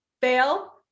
fail